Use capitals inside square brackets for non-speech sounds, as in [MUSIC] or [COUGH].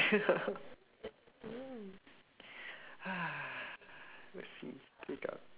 [NOISE] mm [NOISE] let's see we still got